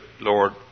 Lord